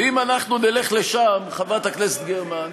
אם אנחנו נלך לשם, חברת הכנסת גרמן,